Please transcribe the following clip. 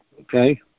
okay